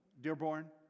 Dearborn